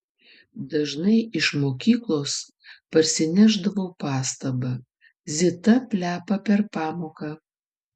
dažnai iš mokyklos parsinešdavau pastabą zita plepa per pamoką